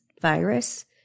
virus